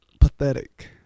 pathetic